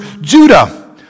Judah